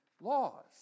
laws